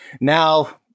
Now